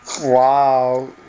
Wow